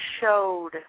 showed